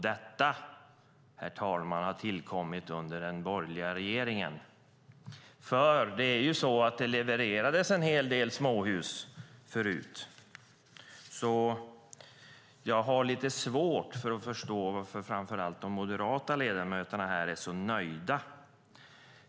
Detta, herr talman, har tillkommit under den borgerliga regeringen. Det levererades ju en hel del småhus förut. Jag har lite svårt att förstå varför framför allt de moderata ledamöterna här är så nöjda.